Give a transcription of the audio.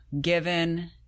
given